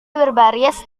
berbaris